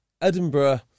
Edinburgh